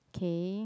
K